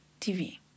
TV